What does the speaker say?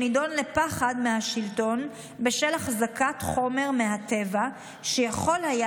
שנדון לפחד מהשלטון בשל החזקת חומר מהטבע שיכול היה